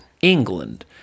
England